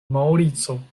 maŭrico